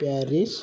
Paris